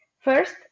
First